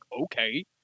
okay